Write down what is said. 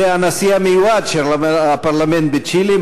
הוא הנשיא המיועד של הפרלמנט בצ'ילה,